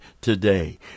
today